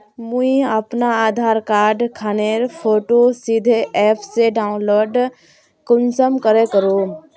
मुई अपना आधार कार्ड खानेर फोटो सीधे ऐप से डाउनलोड कुंसम करे करूम?